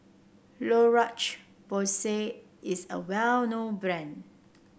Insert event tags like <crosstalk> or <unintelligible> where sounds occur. <unintelligible> Porsay is a well known brand